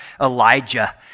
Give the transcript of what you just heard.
Elijah